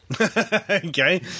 Okay